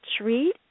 treat